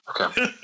Okay